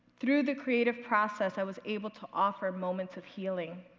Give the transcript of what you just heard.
through the creative process i was able to offer moments of healing,